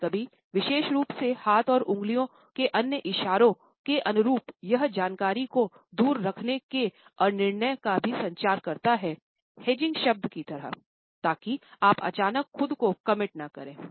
कभी कभी विशेष रूप से हाथ और उंगलियों के अन्य इशारों के अनुरूप यह जानकारी को दूर रखने के अनिर्णय का भी संचार करता है हेजिंग शब्द की तरह ताकि आप अचानक खुद को कमिट न करें